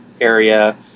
area